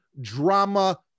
drama